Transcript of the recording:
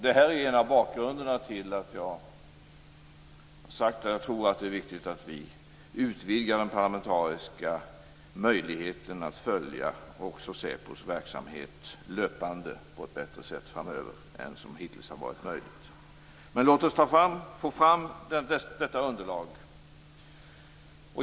Det här en del av bakgrunden till att jag har sagt att det är viktigt att vi utvidgar den parlamentariska möjligheten att framöver löpande följa SÄPO:s verksamhet på ett bättre sätt än vad som hittills har varit möjligt. Låt oss få fram detta underlag.